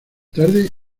tarde